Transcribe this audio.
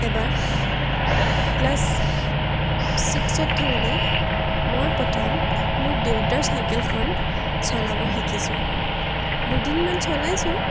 এবাৰ ক্লাছ ছিক্সত থাকোঁতে মই প্ৰথম মোৰ দেউতাৰ চাইকেলখন চলাব শিকিছোঁ দুদিনমান চলাইছোঁ